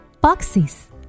Boxes